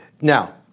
now